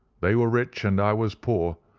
they were rich and i was poor,